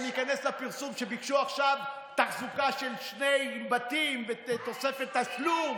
שניכנס לפרסום שהם ביקשו עכשיו תחזוקה של שני בתים ותוספת תשלום?